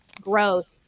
growth